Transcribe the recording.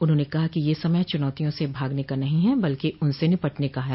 उन्होंने कहा कि यह समय चुनौतियों से भागने का नहीं बल्कि उनसे निपटने का है